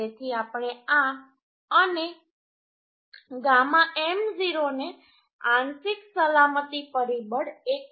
તેથી આપણે આ અને γ m0 ને આંશિક સલામતી પરિબળ 1